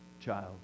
child